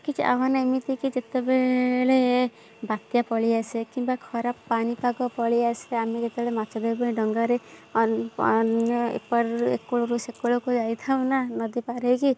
କିଛି ଆହ୍ୱାନ ଏମିତିକି ଯେତେବେଳେ ବାତ୍ୟା ପଳିଆସେ କିମ୍ବା ଖରାପ ପାଣିପାଗ ପଳିଆସେ ଆମେ ଯେତେବେଳେ ମାଛ ଧରିବାପାଇଁ ଡଙ୍ଗାରେ ଅନ୍ୟ ଏପାରିରୁ ଏ କୂଳରୁ ସେ କୂଳକୁ ଯାଉଥାଉ ନା ନଦୀପାର ହେଇକି